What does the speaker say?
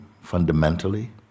fundamentally